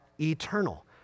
eternal